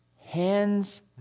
hands